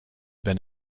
been